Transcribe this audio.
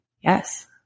yes